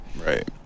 Right